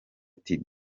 ati